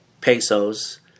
pesos